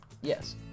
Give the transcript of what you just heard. yes